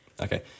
Okay